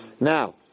Now